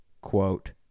quote